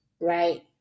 right